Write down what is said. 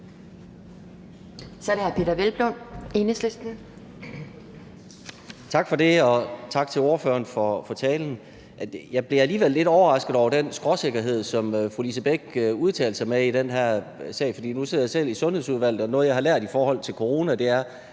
Kl. 17:55 Peder Hvelplund (EL): Tak for det, og tak til ordføreren for talen. Jeg blev alligevel lidt overrasket over den skråsikkerhed, som fru Lise Bech udtalte sig med i den her sag. Nu sidder jeg selv i Sundhedsudvalget, og noget, jeg har lært af corona, er,